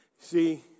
See